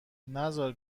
نزار